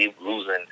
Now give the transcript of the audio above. losing